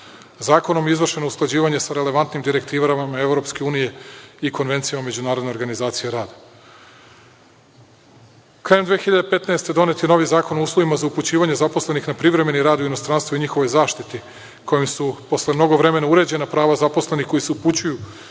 Zakonom je izvršeno usklađivanje sa relevantnim direktivama Evropske unije i Konvencijom o međunarodnoj organizaciji rada. Krajem 2015. godine donet je novi zakon o uslovima za upućivanje zaposlenih na privremeni rad u inostranstvo i njihovoj zaštiti, kojim su posle mnogo vremena uređena prava zaposlenih koji se upućuju